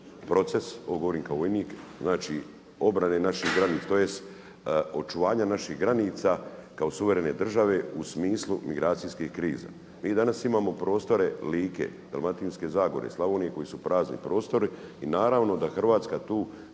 proces, ovo govorim kao vojnik, znači obrane naših granica tj. očuvanja naših granica kao suverene države u smislu migracijske krize. Mi danas imamo prostore Like, Dalmatinske zagore, Slavonije koji su prazni prostori i naravno da Hrvatska tu